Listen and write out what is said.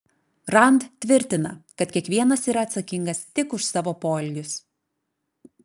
rand tvirtina kad kiekvienas yra atsakingas tik už savo poelgius